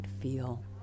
feel